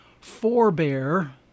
forebear